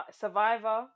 survivor